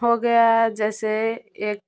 हो गया है जैसे एक